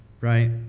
right